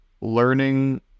learning